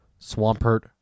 Swampert